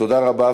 תודה רבה.